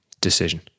decision